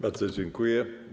Bardzo dziękuję.